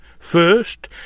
First